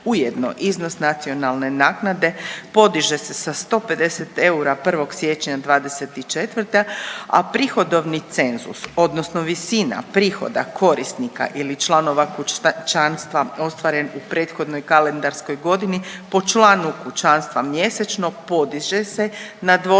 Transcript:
Ujedno iznos nacionalne naknade podiže se sa 150 eura 1. siječnja '24., a prihodovni cenzus odnosno visina prihoda korisnika ili članova kućanstva ostvaren u prethodnoj kalendarskoj godini po članu kućanstva mjesečno podiže se na dvostruki